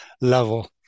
level